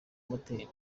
moteri